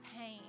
pain